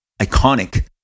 iconic